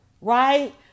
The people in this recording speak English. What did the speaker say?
right